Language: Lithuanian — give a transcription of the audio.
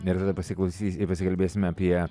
ir tada pasiklausys pasikalbėsim apie